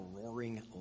roaring